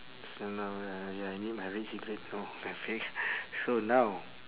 so now uh ya I need my red cigarette know my fake so now